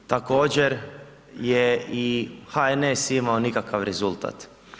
Također je i HNS imao nikakav rezultat.